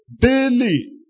daily